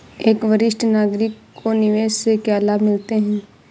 एक वरिष्ठ नागरिक को निवेश से क्या लाभ मिलते हैं?